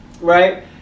right